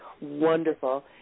wonderful